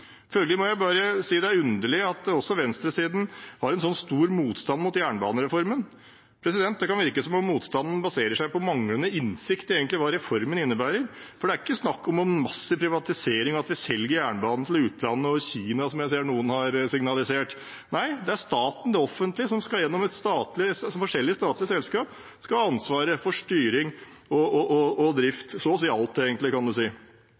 Følgelig må jeg bare si det er underlig at det fra venstresiden er så stor motstand mot jernbanereformen. Det kan virke som om motstanden baserer seg på manglende innsikt i hva reformen egentlig innebærer, for det er ikke snakk om en massiv privatisering og at vi selger jernbanen til utlandet – Kina, som jeg ser noen har signalisert. Nei, det er staten, det offentlige, som gjennom forskjellige statlige selskap skal ha ansvaret for styring og drift – så å si